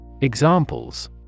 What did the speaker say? Examples